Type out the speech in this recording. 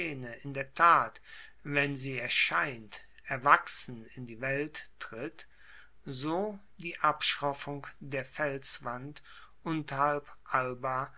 in der tat wenn sie erscheint erwachsen in die welt tritt so die abschroffung der felswand unterhalb alba